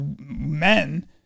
men